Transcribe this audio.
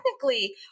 technically